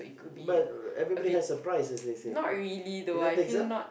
but everybody has a prize as they say you don't think so